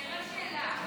רק שאלה,